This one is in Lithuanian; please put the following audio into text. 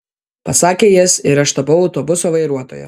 pasakė jis ir aš tapau autobuso vairuotoja